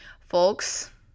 folks